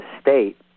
state